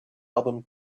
album